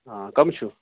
آ کَم چھُو